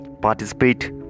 participate